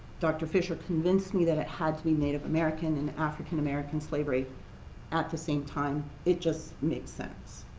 dr. fisher convinced me that it had to be native american and african american slavery at the same time. it just makes sense.